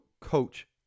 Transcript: coach